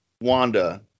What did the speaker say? Wanda